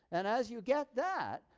and as you get that,